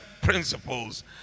principles